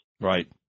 right